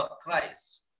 Christ